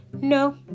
No